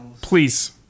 Please